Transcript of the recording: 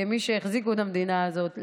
כמי שהחזיקו את המדינה הזאת,